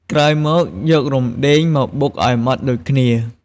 ក្រោយមក យករំដេងមកបុកឱ្យម៉ដ្ឋដូចគ្នា។